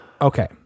Okay